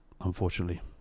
unfortunately